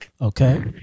Okay